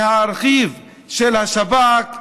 מהארכיב של השב"כ,